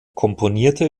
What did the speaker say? komponierte